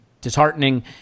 disheartening